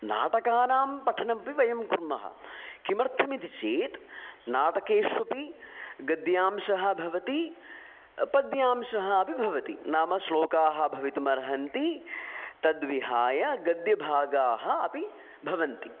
नाटकानां पठनमपि वयं कुर्मः किमर्थमिति चेत् नाटकेष्वपि गद्यांशः भवति पद्यांशः अपि भवति नाम श्लोकाः भवितुमर्हन्ति तद्विहाय गद्यभागाः अपि भवन्ति